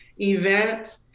event